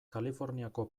kaliforniako